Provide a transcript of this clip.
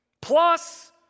Plus